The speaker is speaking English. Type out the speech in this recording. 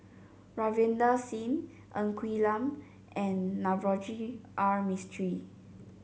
Ravinder Singh Ng Quee Lam and Navroji R Mistri